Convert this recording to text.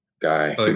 guy